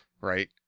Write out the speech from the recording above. right